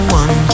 one